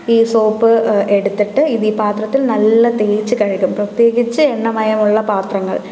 ഈ സോപ്പ് എടുത്തിട്ട് ഇത് ഈ പാത്രത്തിൽ നല്ല തേച്ചു കഴുകും പ്രത്യേകിച്ച് എണ്ണമയമുള്ള പാത്രങ്ങൾ